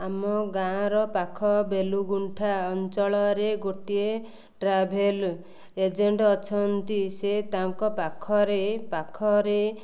ଆମ ଗାଁର ପାଖ ବେଲୁଗୁଣ୍ଠା ଅଞ୍ଚଳରେ ଗୋଟିଏ ଟ୍ରାଭେଲ ଏଜେଣ୍ଟ ଅଛନ୍ତି ସେ ତାଙ୍କ ପାଖରେ ପାଖରେ